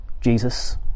Jesus